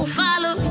follow